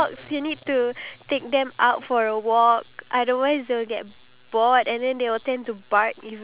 at one point of time after she gave birth to literally five cats then we decide to